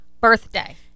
birthday